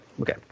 Okay